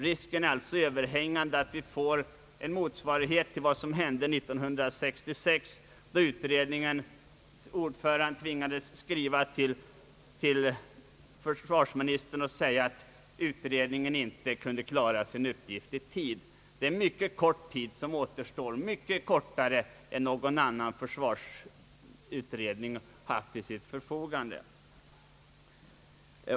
Risken är således överhängande att vi får en motsvarighet till vad som hände 1966 då utredningens ordförande tvingades skriva till försvarsministern och tala om att utredningen inte kunde klara sin uppgift i tid. Det återstår en mycket kort tid, mycket kortare än någon annan försvarsutredning har haft till sitt förfogande.